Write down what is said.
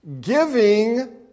Giving